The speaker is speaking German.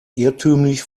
irrtümlich